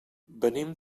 venim